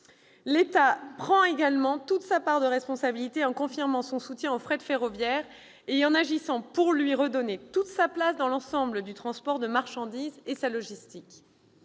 L'État prend également toute sa part de responsabilité en confirmant son soutien au fret ferroviaire et en agissant pour lui redonner toute sa place dans l'ensemble du transport de marchandises et de la logistique.